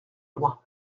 loin